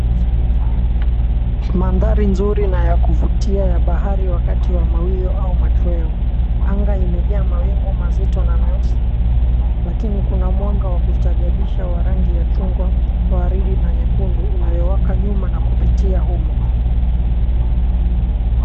Mandhari nzuri ya kuvutia ya bahari wakati wa mawio au machweo. Anga imejaa mawingu mazito na meusi lakini kuna mwanga wa kustaajabisha wa rangi ya chungwa, waridi na nyekundu inayowaka nyuma na kupitia humo.